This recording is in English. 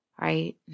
right